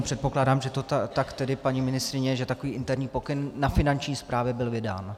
Předpokládám tak tedy, paní ministryně, že takový interní pokyn na Finanční správě byl vydán.